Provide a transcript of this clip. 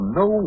no